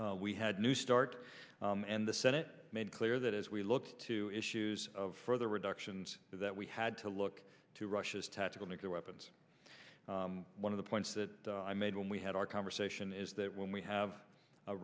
have we had new start and the senate made it clear that as we look to issues of further reductions that we had to look to russia's tactical nuclear weapons one of the points that i made when we had our conversation is that when we have a